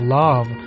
love